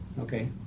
Okay